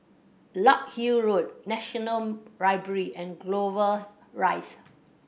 Larkhill Road National Library and Clover Rise